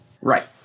right